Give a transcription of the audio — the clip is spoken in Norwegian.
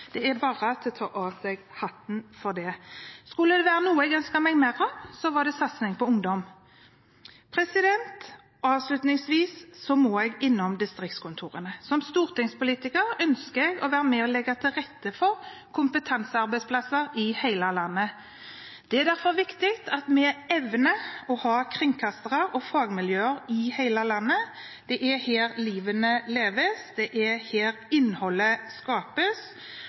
Det er bare å ta av seg hatten for det. Skulle det være noe jeg ønsket meg mer av, er det satsing på ungdom. Avslutningsvis må jeg innom distriktskontorene. Som stortingspolitiker ønsker jeg å være med og legge til rette for kompetansearbeidsplasser i hele landet. Det er derfor viktig at vi evner å ha kringkastere og fagmiljøer i hele landet. Det er her livene leves, det er her innholdet skapes.